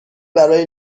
برای